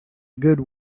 good